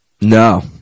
No